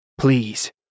Please